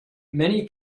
many